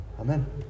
Amen